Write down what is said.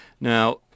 Now